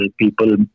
people